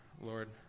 Lord